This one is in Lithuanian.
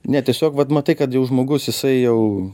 ne tiesiog vat matai kad jau žmogus jisai jau